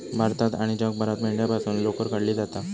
भारतात आणि जगभरात मेंढ्यांपासून लोकर काढली जाता